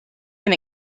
been